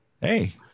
Hey